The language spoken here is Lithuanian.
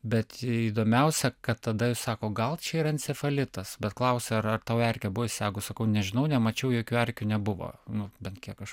bet įdomiausia kad tada sako gal čia yra encefalitas bet klausia ar ar tau erkė buvo įsisegus sakau nežinau nemačiau jokių erkių nebuvo nu bent kiek aš